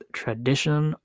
tradition